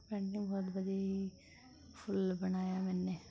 painting ਬਹੁਤ ਵਧੀ ਫੁੱਲ ਬਣਾਇਆ ਮੈਂ